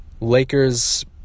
Lakers